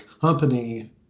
company